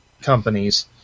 companies